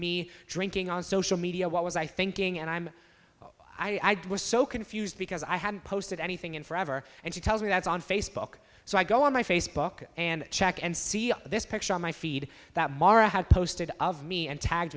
me drinking on social media what was i thinking and i'm i was so confused because i haven't posted anything in forever and she tells me that's on facebook so i go on my facebook and check and see this picture on my feed that mara had posted of me and tag